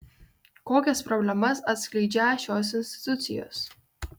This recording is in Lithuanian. kokias problemas atskleidžią šios institucijos